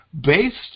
based